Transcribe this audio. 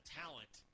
talent